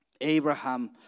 Abraham